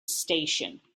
station